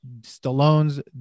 Stallone's